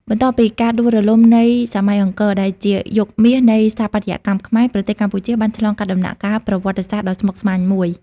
បន្ទាប់ពីការដួលរលំនៃសម័យអង្គរ ដែលជាយុគមាសនៃស្ថាបត្យកម្មខ្មែរ ប្រទេសកម្ពុជាបានឆ្លងកាត់ដំណាក់កាលប្រវត្តិសាស្ត្រដ៏ស្មុគស្មាញមួយ។